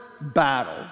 battle